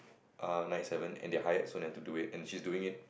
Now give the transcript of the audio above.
err nine seven and their hired so they have to do it and she's doing it